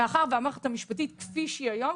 מאחר שהמערכת המשפטית כפי שהיא היום,